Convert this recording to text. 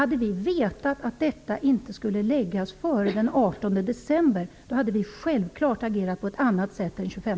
Hade vi vetat att det inte skulle läggas fram före den 18 december hade vi självklart agerat på ett annat sätt den 25